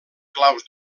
claus